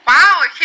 Wow